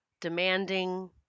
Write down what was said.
demanding